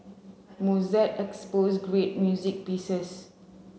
Mozart exposed great music pieces